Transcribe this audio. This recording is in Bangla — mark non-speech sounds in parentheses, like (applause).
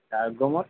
(unintelligible) আর গ্রো মোর